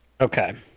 Okay